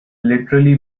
literally